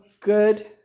good